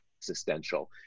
existential